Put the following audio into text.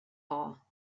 hall